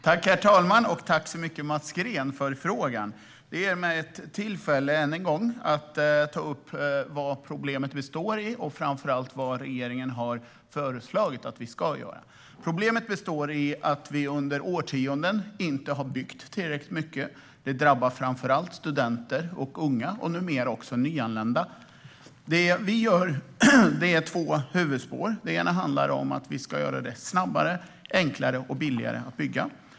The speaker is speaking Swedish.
Herr talman! Tack så mycket, Mats Green, för frågan! Den ger mig än en gång tillfälle att ta upp vad problemet består i och framför allt vad vi i regeringen har föreslagit att vi ska göra. Problemet består i att vi under årtionden inte har byggt tillräckligt mycket. Det drabbar framför allt studenter och unga och numera också nyanlända. Det vi har är två huvudspår. Det ena handlar om att vi ska göra att det går snabbare och blir enklare och billigare att bygga.